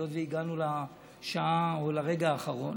היות שהגענו לשעה או לרגע האחרון,